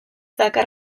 dakar